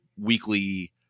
weekly